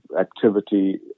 activity